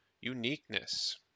Uniqueness